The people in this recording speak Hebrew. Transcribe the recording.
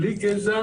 בלי גזע